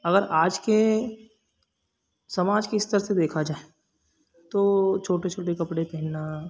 अगर आज के समाज के स्तर से देखा जाए तो छोटे छोटे कपड़े पहनना